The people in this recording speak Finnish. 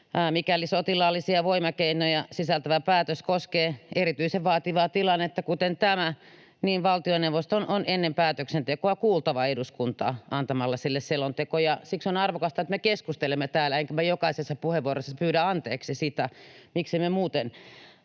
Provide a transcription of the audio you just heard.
”mikäli sotilaallisia voimakeinoja sisältävä päätös koskee erityisen vaativaa tilannetta” — kuten tämä — ”valtioneuvoston on ennen päätöksentekoa kuultava eduskuntaa antamalla sille selonteko”. Siksi on arvokasta, että me keskustelemme täällä, enkä minä jokaisessa puheenvuorossa pyydä anteeksi sitä — miksi me muuten